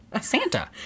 Santa